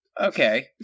Okay